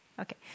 Okay